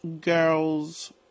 girls